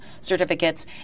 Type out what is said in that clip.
certificates